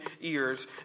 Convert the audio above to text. ears